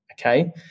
okay